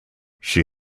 she